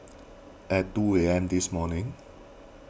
at two A M this morning